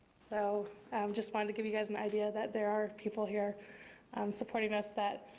so i just wanted to give you guys an idea that there are people here supporting us that,